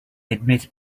admit